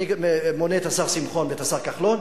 אני מונה את השר שמחון ואת השר כחלון,